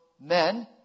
men